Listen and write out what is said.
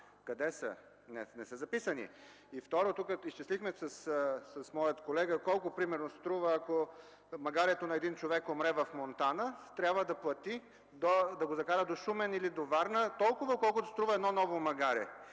Къде са? Не са записани. (Реплики.) Второ, изчислихме с моя колега колко примерно струва, ако магарето на един човек умре в Монтана. Трябва да плати, да го закара до Шумен или до Варна, толкова, колкото струва едно ново магаре.